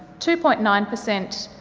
two point nine per cent